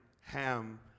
Ham